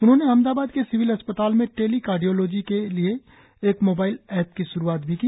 उन्होंने अहमदाबाद के सिविल अस्पताल में टेली कार्डियोलोजी के लिए एक मोबाइल ऐप की श्रुआत भी की